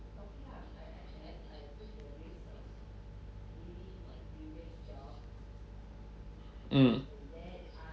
mm